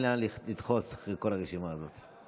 אין לאן לדחוס אחרי כל הרשימה הזאת.